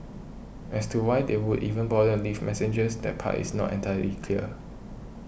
as to why they would even bother leave messengers that part is not entirely clear